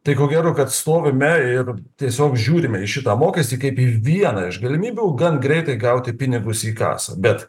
tai ko gero kad stovime ir tiesiog žiūrime į šitą mokestį kaip į vieną iš galimybių gan greitai gauti pinigus į kasą bet